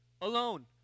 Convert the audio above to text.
alone